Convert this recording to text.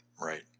Right